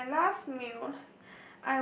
from my last meal